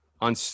on